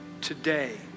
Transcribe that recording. today